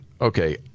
okay